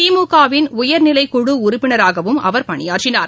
திமுக வின் உயர்நிலைக் குழு உறுப்பினராகவும் அவர் பணியாற்றினார்